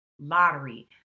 lottery